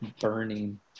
burning